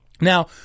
Now